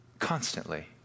Constantly